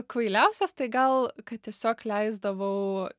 kvailiausias tai gal kad tiesiog leisdavau